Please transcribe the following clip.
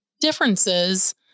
differences